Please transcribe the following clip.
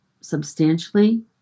substantially